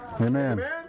amen